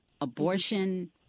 Abortion